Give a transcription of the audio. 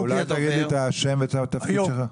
--- אולי תגיד לי את השם והתפקיד שלך?